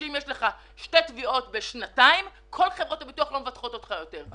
שאם יש לך שתי תביעות בשנתיים כל חברות הביטוח לא מבטחות אותך יותר?